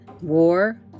war